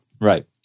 Right